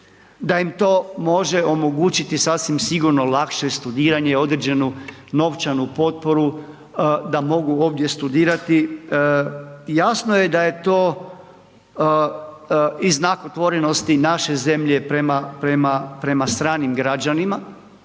da im to može omogućiti, sasvim sigurno, lakše studiranje, određenu novčanu potporu da mogu ovdje studirati. Jasno je da je to i znak otvorenosti naše zemlje prema stranim građanima.